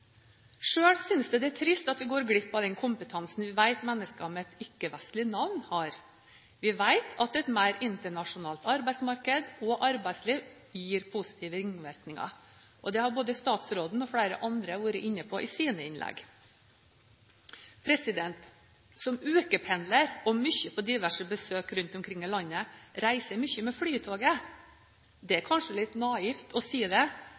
synes jeg det er trist at vi går glipp av den kompetansen vi vet at mennesker med ikke-vestlige navn har. Vi vet at et mer internasjonalt arbeidsmarked og arbeidsliv gir positive ringvirkninger. Det har både statsråden og flere andre vært inne på i sine innlegg. Som ukependler og mye på diverse besøk rundt omkring i landet reiser jeg mye med Flytoget. Det er kanskje litt naivt å si det,